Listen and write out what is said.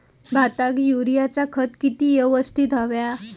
भाताक युरियाचा खत किती यवस्तित हव्या?